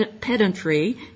pedantry